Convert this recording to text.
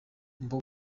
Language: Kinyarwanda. mbogo